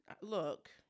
Look